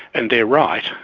and they are right.